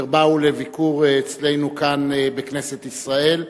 אשר באו לביקור אצלנו כאן בכנסת ישראל.